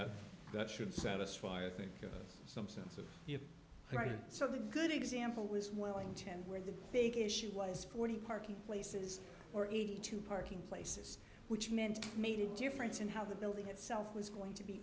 that that should satisfy i think some sense of right so the good example was wellington where the big issue was forty parking places or eighty two parking places which meant made a difference in how the building itself was going to be